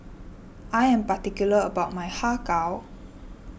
I am particular about my Har Kow